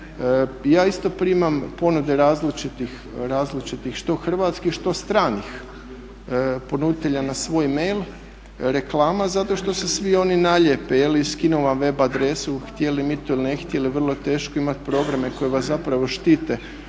Ja isto primam ponude različitih što hrvatskih, što stranih ponuditelja na svoj mail, reklama zato što se svi oni naljepe i skinu vam web adresu htjeli mi to ili ne htjeli. Vrlo teško je imati programe koji vas zapravo štite